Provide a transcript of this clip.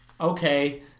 okay